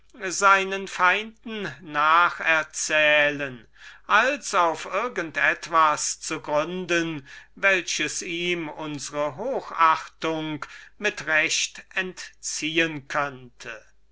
seinen feinden nacherzählen als auf irgend etwas zu gründen welches ihm unsre hochachtung mit recht entziehen könnte